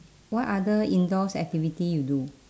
what other indoors activity you do